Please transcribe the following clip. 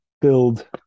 build